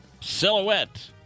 Silhouette